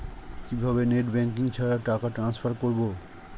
কিভাবে net banking ছাড়া টাকা টান্সফার করব?